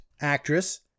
actress